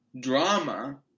drama